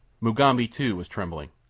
mugambi, too, was trembling.